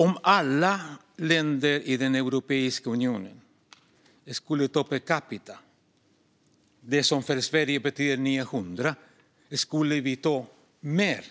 Om alla länder i Europeiska unionen skulle ta emot ett antal flyktingar per capita motsvarande det som för Sverige betyder 900 människor skulle Europa ta emot mer